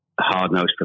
hard-nosed